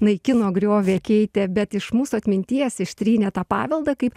naikino griovė keitė bet iš mūsų atminties ištrynė tą paveldą kaip